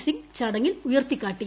സിംഗ് ചടങ്ങിൽ ഉയർത്തിക്കാട്ടി